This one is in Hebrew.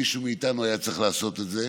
מישהו מאיתנו היה צריך לעשות את זה.